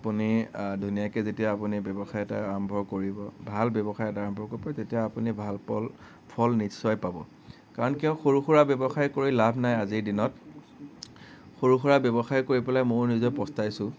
আপুনি ধুনীয়াকৈ যেতিয়া আপুনি ব্যৱসায় এটা আৰম্ভ কৰিব ভাল ব্যৱসায় এটা আৰম্ভ কৰিব তেতিয়া আপুনি ভাল পল ফল নিশ্চয় পাব কাৰণ কিয় সৰু সুৰা ব্যৱসায় কৰি লাভ নাই আজিৰ দিনত সৰু সুৰা ব্যৱসায় কৰি পেলাই মইও নিজে পস্তাইছোঁ